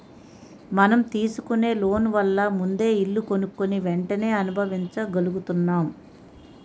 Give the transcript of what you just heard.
మనం తీసుకునే లోన్ వల్ల ముందే ఇల్లు కొనుక్కుని వెంటనే అనుభవించగలుగుతున్నాం